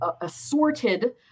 assorted